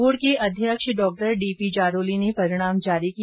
board के अध्यक्ष डॉ डीपी जारोली ने परिणाम जारी किया